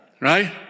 Right